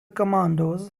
commandos